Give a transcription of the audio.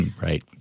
Right